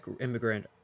immigrant